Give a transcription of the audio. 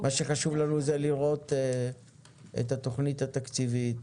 מה שחשוב לנו זה לראות את התכנית התקציבית,